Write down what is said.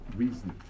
reason